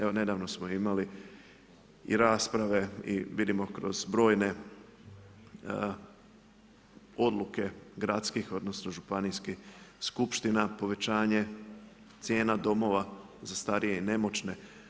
Evo nedavno smo imali i rasprave i vidimo kroz brojne odluke gradskih odnosno županijskih skupština, povećanje cijena domova za starije i nemoćne.